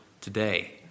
today